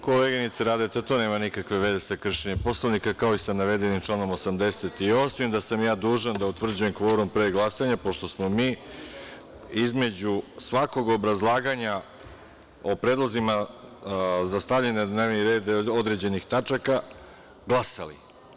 Koleginice Radeta, to nema nikakve veze sa kršenjem Poslovnika, kao i sa navedenim članom 88. da sam ja dužan da utvrđujem kvorum pre glasanja, pošto smo mi između svakog obrazlaganja o predlozima za stavljanje na dnevni red određenih tačaka glasali.